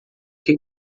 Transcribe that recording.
que